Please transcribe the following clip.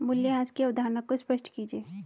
मूल्यह्रास की अवधारणा को स्पष्ट कीजिए